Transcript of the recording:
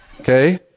okay